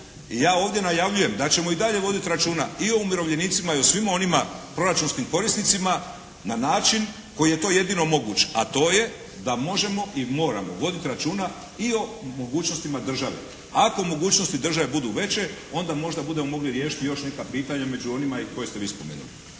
ja ovdje najavljujem da ćemo i dalje voditi računa i o umirovljenicima i o svima onima proračunskim korisnicima na način koji je to jedino moguć a to je da možemo i moramo voditi računa i o mogućnostima države. Ako mogućnosti države budu veće onda možda budemo mogli riješiti još neka pitanja i među onima koje ste vi spomenuli.